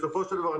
בסופו של דבר,